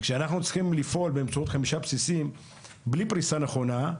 כשאנחנו צריכים לפעול באמצעות חמישה בסיסים בלי פריסה נכונה,